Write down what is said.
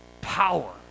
power